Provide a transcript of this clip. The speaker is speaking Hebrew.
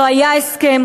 לא היה הסכם,